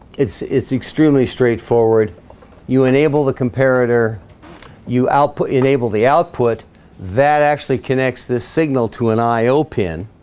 it's it's extremely straightforward you enable the comparator you output you enable the output that actually connects this signal to an i o pin